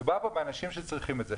מדובר פה באנשים שצריכים את זה.